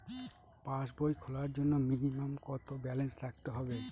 পাসবই খোলার জন্য মিনিমাম কত ব্যালেন্স রাখতে হবে?